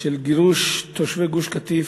של גירוש תושבי גוש-קטיף,